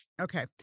okay